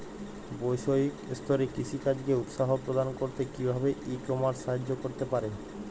বৈষয়িক স্তরে কৃষিকাজকে উৎসাহ প্রদান করতে কিভাবে ই কমার্স সাহায্য করতে পারে?